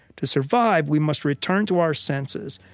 to survive we must return to our senses,